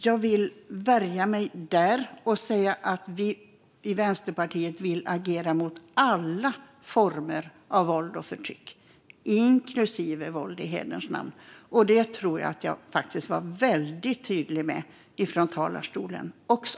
Jag vill värja mig där och säga att Vänsterpartiet vill agera mot alla former av våld och förtryck, inklusive våld i hederns namn. Jag tror faktiskt att jag var väldigt tydlig med det i talarstolen också.